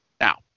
Now